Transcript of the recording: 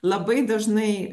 labai dažnai